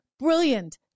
brilliant